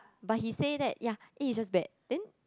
but he say that ya A is just bad then